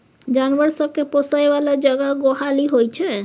जानबर सब केँ पोसय बला जगह गोहाली होइ छै